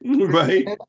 right